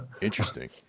Interesting